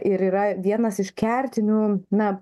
ir yra vienas iš kertinių na